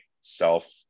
self